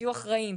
תהיו אחראיים,